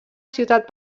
ciutat